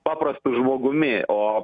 paprastu žmogumi o